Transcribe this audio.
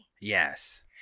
Yes